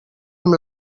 amb